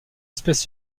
espèce